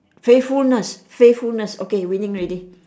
faithfulness faithfulness okay winning already